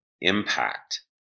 impact